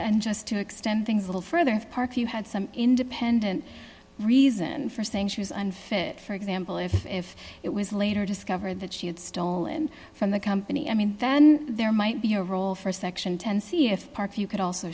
and just to extend things little further of park you had some independent reason for saying she was unfit for example if if it was later discovered that she had stolen from the company i mean then there might be a role for section ten see if you could also